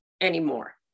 anymore